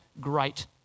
great